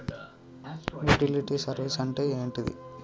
Utility service అంటే ఏంటిది?